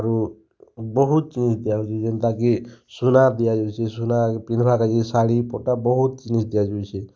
ଆରୁ ବହୁତ୍ ଜିନିଷ୍ ଦିଆଯାଉଛେ ଯେନ୍ତା କି ସୁନାର୍ ଦିଆଯାଉଛେ ସୁନା ପିନ୍ଧିବାର୍ ଲାଗି ଶାଢ଼ିପଟା ବହୁତ୍ ଜିନିଷ୍ ଦିଆଯାଉଛେ